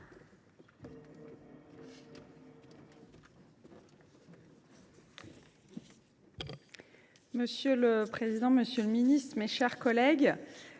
Monsieur le président, monsieur le ministre, mes chers collègues,